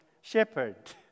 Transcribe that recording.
shepherd